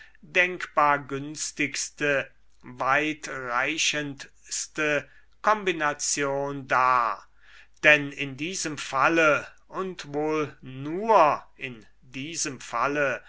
denkbar günstigste weitreichendste kombination dar denn in diesem falle und wohl nur in diesem falle